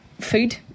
food